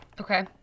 Okay